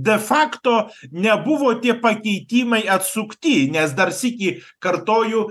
de fakto nebuvo tie pakeitimai atsukti nes dar sykį kartoju